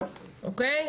אוקי,